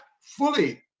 fully